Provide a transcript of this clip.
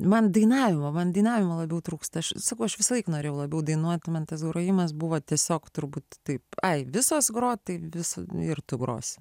man dainavimo man dainavimo labiau trūksta aš sakau aš visąlaik norėjau labiau dainuoti man tas grojimas buvo tiesiog turbūt taip tai visos groti tai visada ir tu grosi